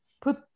put